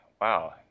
wow